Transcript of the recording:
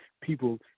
people